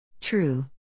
True